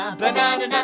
banana